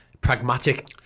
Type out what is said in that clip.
pragmatic